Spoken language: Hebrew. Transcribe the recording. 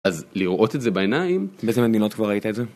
אז לראות את זה בעיניים... באיזה מדינות כבר ראית את זה?